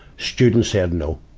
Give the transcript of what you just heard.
students said, no.